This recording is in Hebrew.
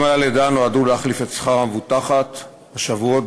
דמי הלידה נועדו להחליף את שכר המבוטחת בשבועות